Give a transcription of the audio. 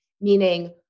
Meaning